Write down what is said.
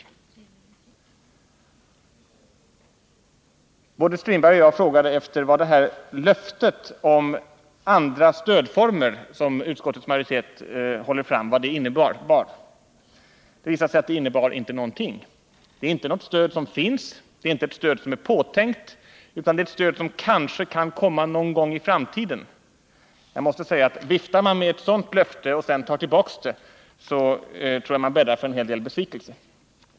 Både Per-Olof Strindberg och jag frågade vad detta löfte om andra stödformer innebär som utskottets majoritet håller fram. Det visade sig att det inte innebär någonting. Det är inte ett stöd som finns. Det är inte ett stöd som är påtänkt. Det är ett stöd som kanske kan komma någon gång i framtiden. Viftar man med ett sådant löfte och sedan tar tillbaka det tror jag man bäddar för en hel del besvikelser.